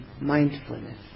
mindfulness